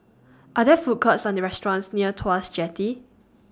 Are There Food Courts and restaurants near Tuas Jetty